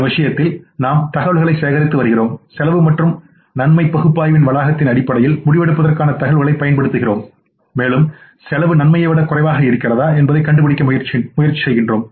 இந்த விஷயத்தில் நாம் தகவல்களைச் சேகரித்து வருகிறோம் செலவு மற்றும் நன்மைபகுப்பாய்வின்வளாகத்தின் அடிப்படையில்முடிவெடுப்பதற்கான தகவல்களைப் பயன்படுத்துகிறோம் மேலும் செலவு நன்மையைவிடக் குறைவாக இருக்கிறதா என்பதைக் கண்டுபிடிக்க முயற்சிக்கிறோம்